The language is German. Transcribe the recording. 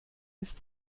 ist